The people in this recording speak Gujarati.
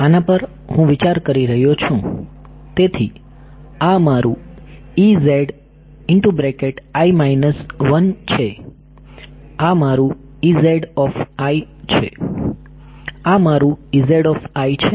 આના પર હું વિચાર કરી રહ્યો છું તેથી આ મારું છે આ મારું છે આ મારું છે